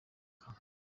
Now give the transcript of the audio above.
nkambi